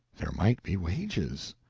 there might be wages.